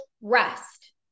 rest